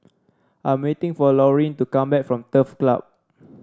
I'm waiting for Laurene to come back from Turf Club